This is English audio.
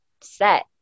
set